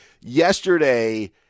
yesterday